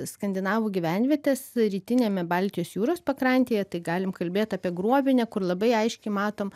skandinavų gyvenvietes rytiniame baltijos jūros pakrantėje tai galim kalbėt apie gruobinią kur labai aiškiai matom